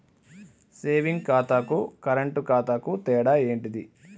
Saving ఖాతాకు current ఖాతాకు తేడా ఏంటిది?